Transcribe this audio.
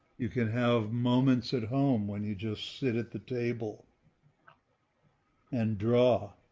you can have moments at home, when you just sit at the table and draw